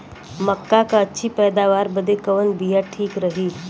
मक्का क अच्छी पैदावार बदे कवन बिया ठीक रही?